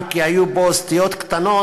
אם כי היו בו סטיות קטנות,